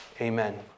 Amen